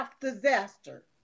disaster